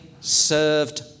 served